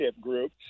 Group